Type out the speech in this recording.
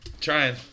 Trying